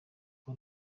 nko